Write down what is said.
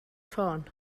ffôn